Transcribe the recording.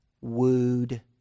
wooed